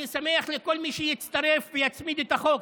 אני שמח על כל מי שיצטרף ויצמיד הצעת חוק.